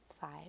five